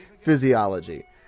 physiology